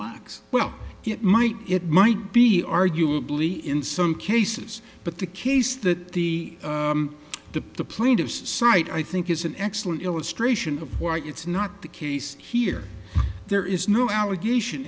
wax well it might it might be arguably in some cases but the case that the the the plaintiffs cite i think is an excellent illustration of why it's not the case here there is no allegation